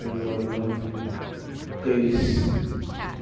London Paris